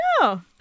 No